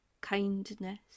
kindness